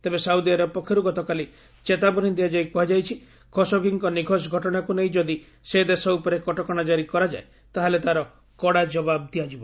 ତେଣେ ସାଉଦିଆରବ ପକ୍ଷରୁ ଗତକାଲି ଚେତାବନୀ ଦିଆଯାଇ କୁହାଯାଇଛି ଖସୋଗିଙ୍କ ନିଖୋଜ ଘଟଣାକୁ ନେଇ ଯଦି ସେ ଦେଶ ଉପରେ କଟକଣା କାରି କରାଯାଏ ତାହେଲେ ତାର କଡ଼ା ଜବାବ ଦିଆଯିବ